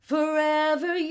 Forever